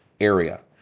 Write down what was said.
area